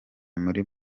muri